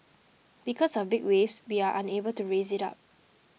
because of big waves we are unable to raise it up